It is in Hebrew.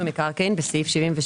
תיקון חוק מיסוי מקרקעין 5. (4) בסעיף 76א